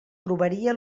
trobaria